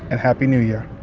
and happy new year